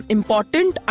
Important